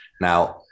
Now